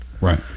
Right